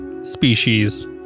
species